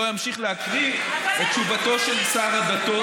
אמשיך להקריא את תשובתו של שר הדתות,